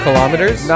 Kilometers